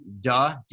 DA